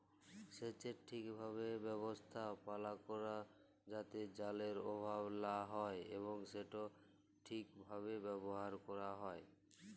সেচের ঠিকভাবে ব্যবস্থাপালা ক্যরা যাতে জলের অভাব লা হ্যয় এবং সেট ঠিকভাবে ব্যাভার ক্যরা হ্যয়